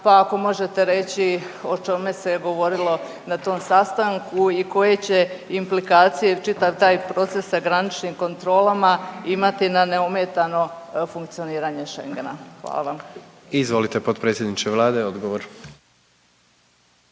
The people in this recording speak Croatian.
pa ako možete reći o čemu se govorilo na tom sastanku i koje će implikacije čitav taj proces sa graničnim kontrolama imati na neometano funkcioniranje Schengena? Hvala vam. **Jandroković, Gordan (HDZ)** Izvolite potpredsjedniče Vlade odgovor.